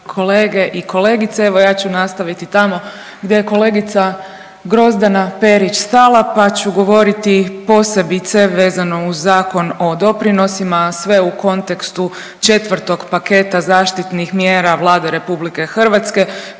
kolege i kolegice. Evo ja ću nastaviti tamo gdje je kolegica Grozdana Perić stala, pa ću govoriti posebice vezano uz Zakon o doprinosima, a sve u kontekstu četvrtog paketa zaštitnih mjera Vlade RH koje je